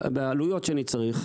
בעלויות שאני צריך,